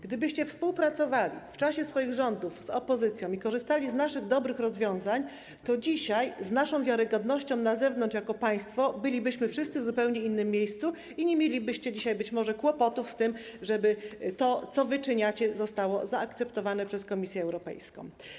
Gdybyście współpracowali w czasie swoich rządów z opozycją i korzystali z naszych dobrych rozwiązań, to dzisiaj z naszą wiarygodnością na zewnątrz jako państwo bylibyśmy wszyscy w zupełnie innym miejscu i być może nie mielibyście dzisiaj kłopotów z tym, żeby to, co wyczyniacie, zostało zaakceptowane przez Komisję Europejską.